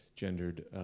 gendered